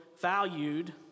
valued